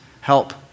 help